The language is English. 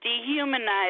dehumanized